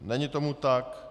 Není tomu tak.